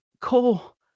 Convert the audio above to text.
Cole